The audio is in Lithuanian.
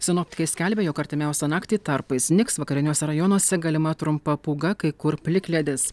sinoptikai skelbia jog artimiausią naktį tarpais snigs vakariniuose rajonuose galima trumpa pūga kai kur plikledis